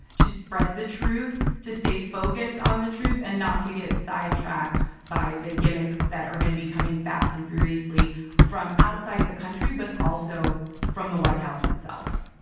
to spread the truth, to stay focused on the truth and not to get sidetracked by the gimmicks that are going to be coming fast and furiously from outside the country, but also from the white house itself.